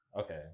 Okay